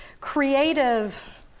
creative